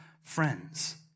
friends